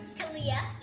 kalia.